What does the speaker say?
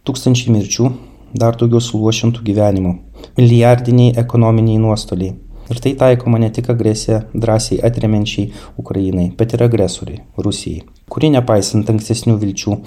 tūkstančiai mirčių dar daugiau suluošintų gyvenimų milijardiniai ekonominiai nuostoliai ir tai taikoma ne tik agresiją drąsiai atremiančiai ukrainai bet ir agresorei rusijai kuri nepaisant ankstesnių vilčių